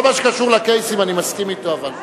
בכל מה שקשור לקייסים אני מסכים אתו, אבל.